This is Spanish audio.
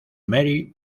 mary